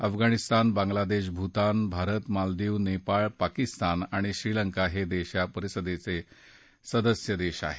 अफगाणिस्तान बांगलादेश भूतान भारत मालदीव नेपाळ पाकिस्तान आणि श्रीलंका हे देश या परिषदेचे सदस्य देश आहेत